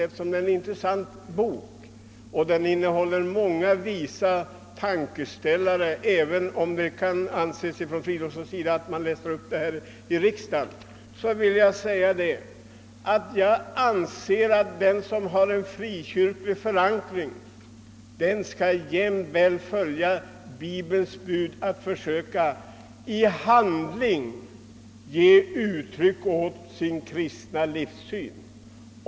eftersom den är en intressant bok som innehåller många visa tankeställare, även om herr Fridolfsson anser det olämpligt att man läser upp dem i riksdagen. Enligt min mening skall den som har en frikyrklig förankring jämväl följa Bibelns bud att försöka i handling ge uttryck åt sin kristna livssyn.